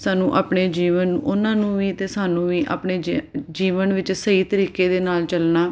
ਸਾਨੂੰ ਆਪਣੇ ਜੀਵਨ ਉਹਨਾਂ ਨੂੰ ਵੀ ਅਤੇ ਸਾਨੂੰ ਵੀ ਆਪਣੇ ਜੀ ਜੀਵਨ ਵਿੱਚ ਸਹੀ ਤਰੀਕੇ ਦੇ ਨਾਲ ਚੱਲਣਾ